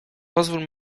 pozwól